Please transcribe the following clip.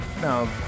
No